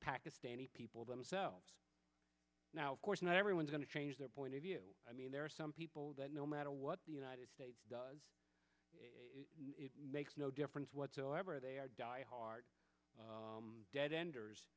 pakistani people themselves now course not everyone's going to change their point of view i mean there are some people that no matter what the united states does it makes no difference what so ever they are die hard dead enders